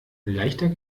leichter